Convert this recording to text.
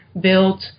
built